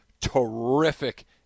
terrific